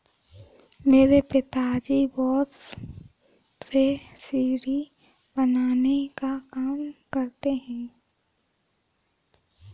मेरे पिताजी बांस से सीढ़ी बनाने का काम करते हैं